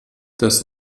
das